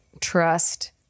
Trust